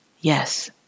Yes